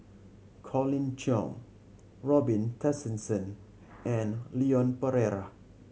Colin Cheong Robin Tessensohn and Leon Perera